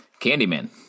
Candyman